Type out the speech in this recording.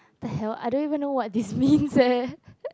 the hell I don't even know what this means eh